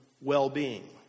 well-being